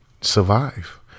survive